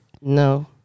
No